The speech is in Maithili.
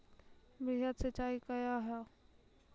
वृहद सिंचाई कया हैं?